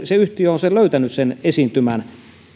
se yhtiö on löytänyt sen esiintymän